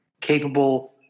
capable